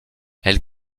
elle